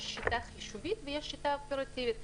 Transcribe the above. יש שיטה חישובית ויש שיטה אופרטיבית.